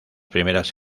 primeras